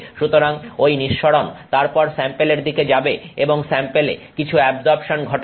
সুতরাং ঐ নিঃসরণ তারপর স্যাম্পেলের দিকে যাবে এবং স্যাম্পেলে কিছু অ্যাবজর্পশন ঘটবে